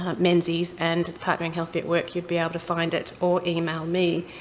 ah menzies and partneringhealthy work you'd be able to find it, or email me.